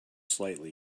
slightly